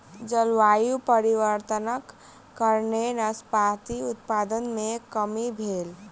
जलवायु परिवर्तनक कारणेँ नाशपाती उत्पादन मे कमी भेल